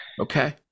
Okay